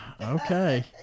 Okay